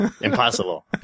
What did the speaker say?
Impossible